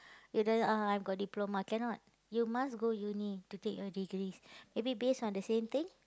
you just ah I got diploma cannot you must go uni to take your degrees maybe based on the same thing